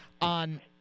on